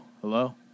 Hello